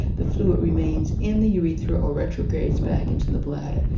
the fluid remains in the urethra or retrogrades back into the bladder.